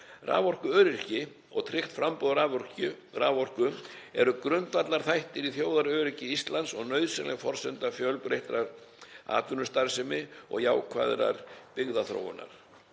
Raforkuöryggi og tryggt framboð raforku eru grundvallarþættir í þjóðaröryggi Íslands og nauðsynleg forsenda fjölbreyttrar atvinnustarfsemi og jákvæðrar byggðarþróunar.